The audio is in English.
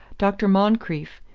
dr. moncrieff,